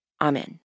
Amen